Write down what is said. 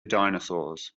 dinosaurs